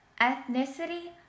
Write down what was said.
ethnicity